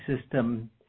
system